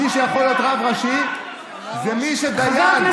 מי שיכול להיות רב ראשי זה מי שדיין,